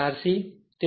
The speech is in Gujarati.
383 એમ્પીયરછે